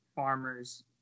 farmers